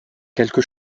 quelque